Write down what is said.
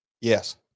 Yes